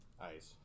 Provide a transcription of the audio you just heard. ice